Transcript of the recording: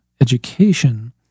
education